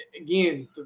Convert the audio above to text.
again